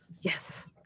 Yes